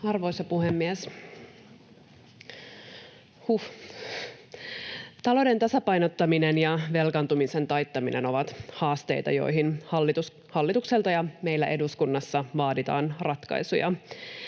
Arvoisa puhemies! Huh. — Talouden tasapainottaminen ja velkaantumisen taittaminen ovat haasteita, joihin hallitukselta ja meiltä eduskunnassa vaaditaan ratkaisuja.